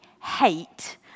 hate